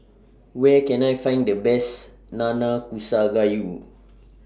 Where Can I Find The Best Nanakusa Gayu